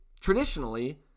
traditionally